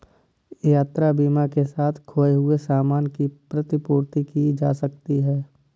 यात्रा बीमा के साथ खोए हुए सामान की प्रतिपूर्ति की जा सकती है